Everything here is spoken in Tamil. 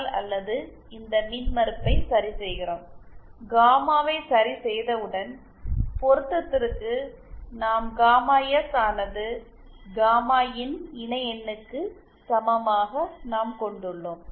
எல் அல்லது இந்த மின்மறுப்பை சரிசெய்கிறோம் காமாவை சரிசெய்தவுடன் பொருத்தத்திற்கு நாம் காமா எஸ் ஆனது காமா இன் இணைஎண்ணுக்கு சமமாக நாம் கொண்டுள்ளோம்